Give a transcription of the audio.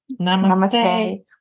Namaste